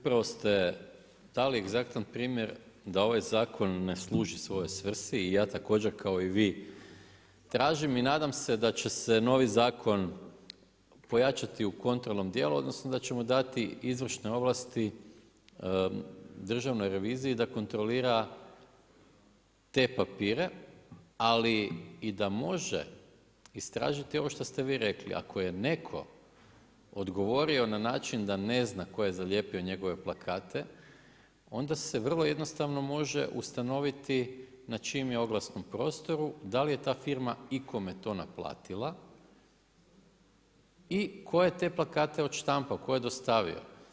Upravo ste dali egzaktan primjer da ovaj zakon ne služi svojoj svrsi i ja također kao i vi tražim i nadam se da će se novi Zakon pojačati u kontrolnom dijelu odnosno da ćemo dati izvršene ovlasti državnoj reviziji da kontrolira te papire ali i da može istražiti ovo što ste vi rekli, ako je netko odgovorio na način da ne zna tko je zalijepio njegove plakate onda se vrlo jednostavno može ustanoviti na čijem je oglasnom prostoru, da li je ta firma ikome to naplatila i tko je te plakate odštampao, tko je dostavio.